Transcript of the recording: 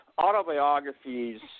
Autobiographies